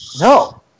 No